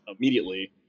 immediately